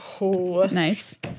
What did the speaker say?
Nice